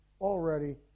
already